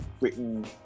written